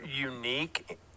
unique